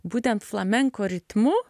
būtent flamenko ritmu